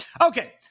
Okay